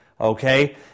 okay